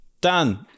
done